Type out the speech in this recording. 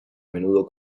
menudo